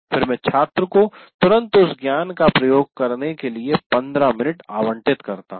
फिर मैं छात्र को तुरंत उस ज्ञान का प्रयोग करने के लिए 15 मिनट आवंटित करता हूँ